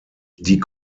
die